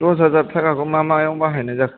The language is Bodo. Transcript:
दस हाजार थाखाखौ मा मायाव बाहायनाय जाखो